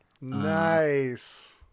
Nice